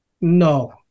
no